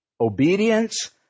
Obedience